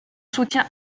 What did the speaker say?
soutien